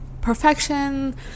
perfection